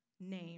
name